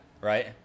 Right